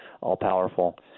all-powerful